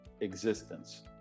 existence